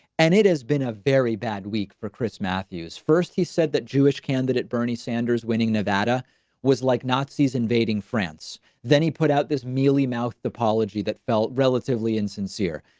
and it has been a very bad week for chris matthews first he said that jewish candidate bernie sanders winning nevada was like nazis invading france then he put out this meal, mouth topology that felt relatively and sincere,